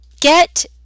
get